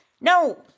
No